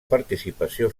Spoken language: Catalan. participació